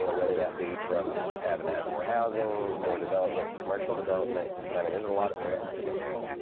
you know whether that be from just having to have more housing, more development, commercial development i mean, there's a lot of threats that come in.